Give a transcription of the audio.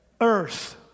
earth